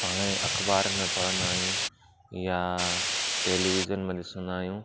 पाण अख़बार में पढ़ंदा आहियूं या टेलिविजन में ॾिसंदा आहियूं